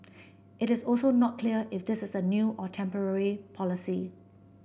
it is also not clear if this is a new or temporary policy